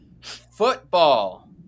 football